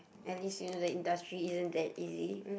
at least you know the industry isn't that easy